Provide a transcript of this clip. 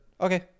Okay